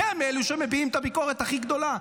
אתם אלו שמביעים את הביקורת הכי גדולה.